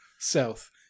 South